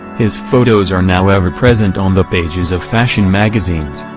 his photos are now ever-present on the pages of fashion magazines,